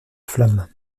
flammes